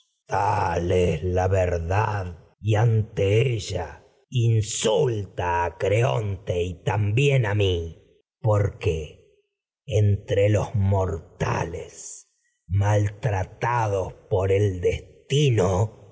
la verdad y ante creonte y ella in sulta tales a también a mi porque entre los mor maltratados por el destino